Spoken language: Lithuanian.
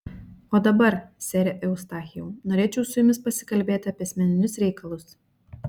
o dabar sere eustachijau norėčiau su jumis pasikalbėti apie asmeninius reikalus